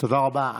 תודה רבה.